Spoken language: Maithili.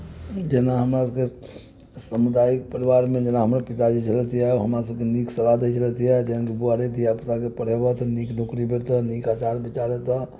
जेना हमरसभके सामुदायिक परिवारमे जेना हमर पिताजी भेलथिए हमरासभके नीक सलाह दै छलथिए बौआ रे धीया पुताके पढ़ेबह तऽ नीक नौकरी भेटतह नीक आचार विचार हेतह